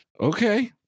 okay